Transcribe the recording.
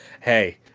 hey